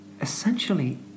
essentially